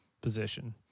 position